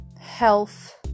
health